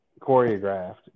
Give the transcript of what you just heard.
Choreographed